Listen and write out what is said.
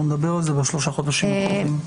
אנחנו נדבר על זה בשלושה החודשים הקרובים.